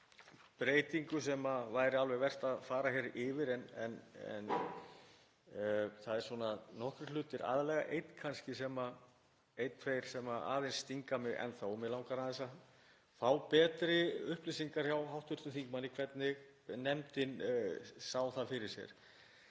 breytingu sem væri alveg vert að fara yfir. En það eru svona nokkrir hlutir, aðallega einn kannski, einn eða tveir, sem aðeins stinga mig og mig langar að fá betri upplýsingar hjá hv. þingmanni hvernig nefndin sá það fyrir sér.